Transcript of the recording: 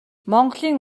монголын